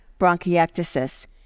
bronchiectasis